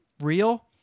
real